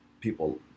people